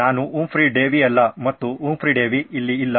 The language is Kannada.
ನಾನು ಹುಂಫ್ರಿ ಡೇವಿ ಅಲ್ಲ ಮತ್ತು ಹುಂಫ್ರಿ ಡೇವಿ ಇಲ್ಲಿ ಇಲ್ಲ